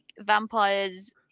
vampires